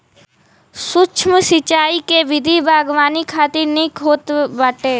सूक्ष्म सिंचाई के विधि बागवानी खातिर निक होत बाटे